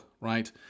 right